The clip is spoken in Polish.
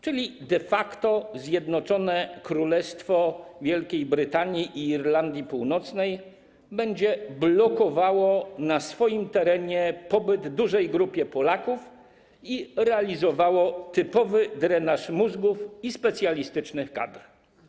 Czyli de facto Zjednoczone Królestwo Wielkiej Brytanii i Irlandii Północnej będzie blokowało na swoim terenie pobyt dużej grupy Polaków i realizowało typowy drenaż mózgów i specjalistycznych kadr.